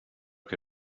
que